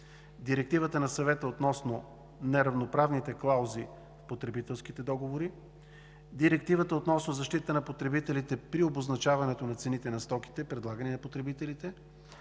Директивата на Съвета относно неравноправните клаузи в потребителските договори, Директивата относно защитата на потребителите при обозначаването на цените на стоките, предлагани на потребителите,